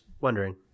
wondering